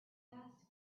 asked